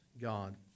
God